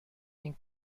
این